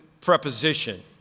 preposition